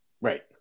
Right